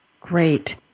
Great